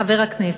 חבר הכנסת,